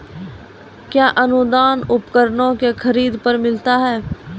कया अनुदान उपकरणों के खरीद पर मिलता है?